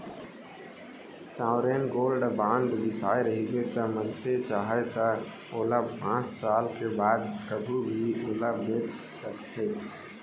sovereign gold bond बिसाए रहिबे त मनसे चाहय त ओला पाँच साल के बाद कभू भी ओला बेंच सकथे